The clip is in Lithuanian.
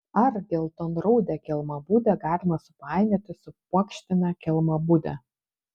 ar geltonraudę kelmabudę galima supainioti su puokštine kelmabude